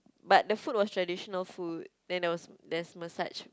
but the food was traditional food then there was there's massage